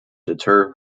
deter